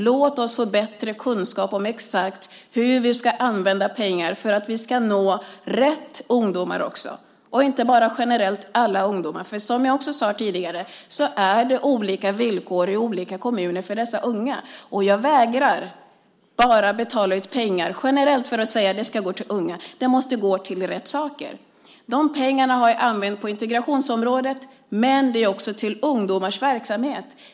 Låt oss få bättre kunskap om exakt hur vi ska använda pengarna för att nå rätt ungdomar, och inte bara generellt alla ungdomar. Som jag sade tidigare är det olika villkor i olika kommuner för dessa unga. Jag vägrar att bara betala ut pengar generellt och säga att de ska gå till unga. De måste gå till rätt saker. Dessa pengar har jag använt på integrationsområdet, men de går också till ungdomars verksamheter.